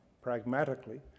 pragmatically